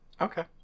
Okay